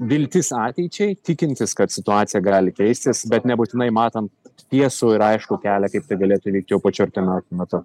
viltis ateičiai tikintis kad situacija gali keistis bet nebūtinai matant tiesų ir aiškų kelią kaip tai galėtų įvykt jau pačiu artimiausiu metu